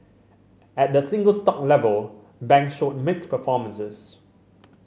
at the single stock level banks showed mixed performances